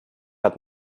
hat